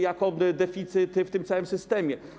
Jakoby deficyt w tym całym systemie.